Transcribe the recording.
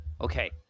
Okay